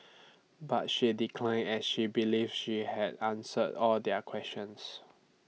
but she declined as she believes she had answered all their questions